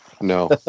No